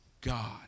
God